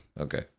okay